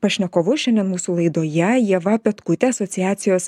pašnekovus šiandien mūsų laidoje ieva petkutė asociacijos